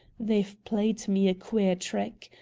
they've played me a queer trick.